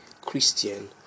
Christian